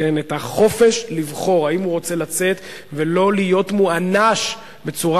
את החופש לבחור אם הוא רוצה לצאת ולא להיות מוענש בצורה